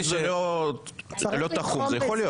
ברגע שזה לא תחום, זה יכול להיות.